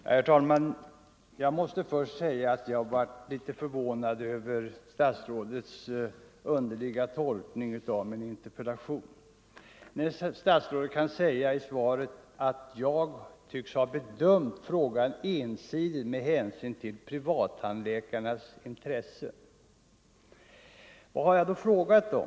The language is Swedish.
Nr 126 Herr talman! Jag måste först säga att jag blev litet förvånad över stats Torsdagen den rådets underliga tolkning av min interpellation, när statsrådet kan säga — 21 november 1974 i svaret att jag tycks ha bedömt frågan ensidigt med hänsyn till pris — vattandläkarnas intressen. Vad har jag då frågat om?